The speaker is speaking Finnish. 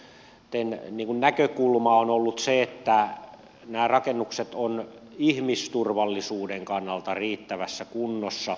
eli tämä tarkastusten näkökulma on ollut se että nämä rakennukset ovat ihmisturvallisuuden kannalta riittävässä kunnossa